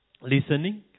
listening